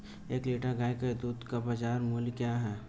एक लीटर गाय के दूध का बाज़ार मूल्य क्या है?